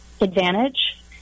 advantage